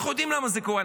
אנחנו יודעים למה זה קורה.